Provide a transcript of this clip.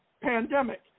pandemic